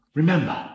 remember